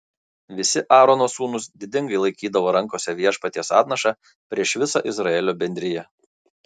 visi aarono sūnūs didingai laikydavo rankose viešpaties atnašą prieš visą izraelio bendriją